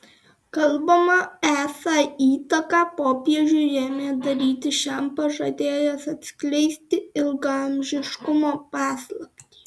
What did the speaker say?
kalbama esą įtaką popiežiui ėmė daryti šiam pažadėjęs atskleisti ilgaamžiškumo paslaptį